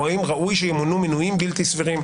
או האם ראוי שימונו מינויים בלתי סבירים.